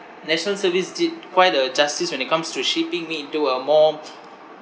national service did quite a justice when it comes to shaping me into a more